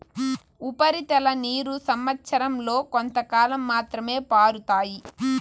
ఉపరితల నీరు సంవచ్చరం లో కొంతకాలం మాత్రమే పారుతాయి